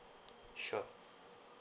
sure